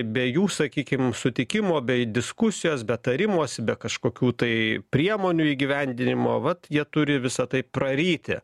be jų sakykim sutikimo bei diskusijos be tarimosi be kažkokių tai priemonių įgyvendinimo vat jie turi visa tai praryti